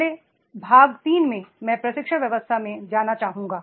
पहले भाग 3 मे मैं प्रशिक्षण व्यवस्था मे जाना चाहूंगा